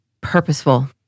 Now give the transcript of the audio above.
Purposeful